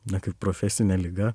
na kaip profesinė liga